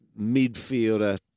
midfielder